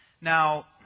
Now